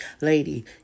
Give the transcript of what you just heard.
Lady